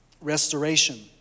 Restoration